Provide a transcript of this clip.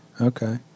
okay